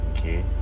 Okay